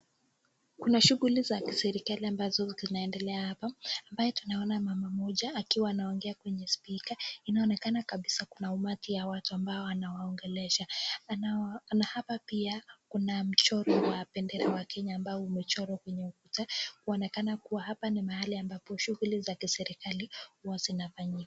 Kuna shughuli za kiserikali ambazo zinaendelea hapa, ambaye tunaona mama mmoja akiwa ana ongea kwenye spika, inaonekana kabisa kuna umati wa watu ambao anawaongelesha. Na hapa pia kuna mchoro wa bendera wa Kenya ambao umechorwa kwenye ukuta, waonekana kuwa hapa ni mahali ambapo shughuli za kiserikali huwa zinafanyika.